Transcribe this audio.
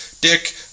Dick